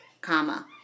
comma